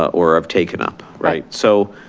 or have taken up, right. so